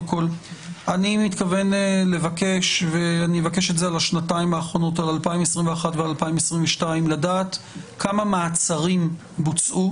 אני מתכוון לבקש לדעת לגבי 2021 ו-2022 כמה מעצרים בוצעו